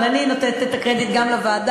אבל אני נותנת את הקרדיט גם לוועדה.